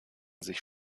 sich